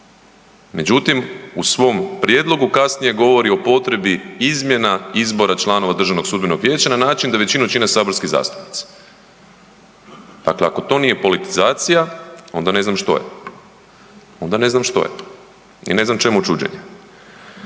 međutim u svom prijedlogu kasnije govori o potrebi izmjena izbora članova Državnog sudbenog vijeća na način da većinu čine saborski zastupnici. Dakle, ako to nije politizacija onda ne znam što je, onda ne znam što je i ne znam čemu čuđenje.